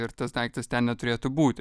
ir tas daiktas ten neturėtų būti